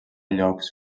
llocs